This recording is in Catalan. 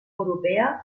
europea